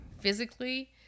physically